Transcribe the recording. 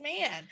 man